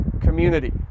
community